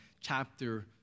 chapter